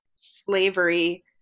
slavery